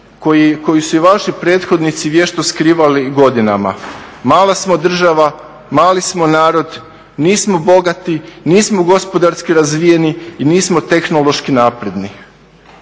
koju su i vaši prethodnici vješto skrivali godinama. Mala smo država, mali smo narod, nismo bogati, nismo gospodarski razvijeni i nismo tehnološki napredni.